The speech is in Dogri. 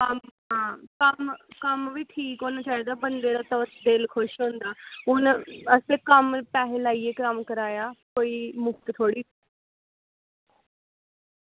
कम्म हां कम्म कम्म बी ठीक होना चाहिदा बंदे दा दिल खुश होंदा हून असें कम्म पैहे लाइयै कम्म कराया ते कोई मुफ्त थोह्ड़ी